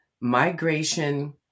migration